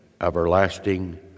everlasting